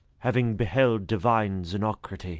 having beheld divine zenocrate,